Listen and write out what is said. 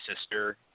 sister